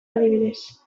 adibidez